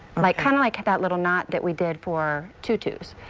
mike kind of like hike that little not that we did for to choose.